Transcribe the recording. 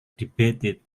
debated